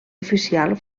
oficial